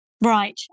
Right